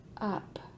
up